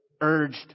urged